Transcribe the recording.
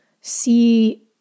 see